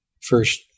first